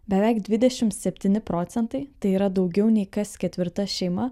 beveik dvidešimt septyni procentai tai yra daugiau nei kas ketvirta šeima